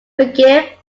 forgive